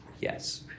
Yes